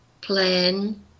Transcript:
plan